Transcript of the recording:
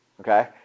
okay